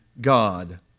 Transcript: God